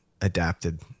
adapted